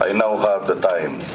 i now have the time